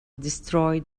destroyed